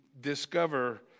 discover